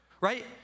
right